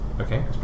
Okay